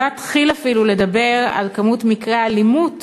אני לא אתחיל אפילו לדבר על מספר מקרי האלימות